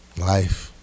Life